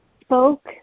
spoke